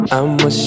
I'ma